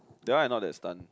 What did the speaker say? that one I not that stun